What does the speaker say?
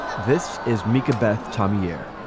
this is mika, beth, tom here.